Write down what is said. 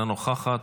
אינה נוכחת,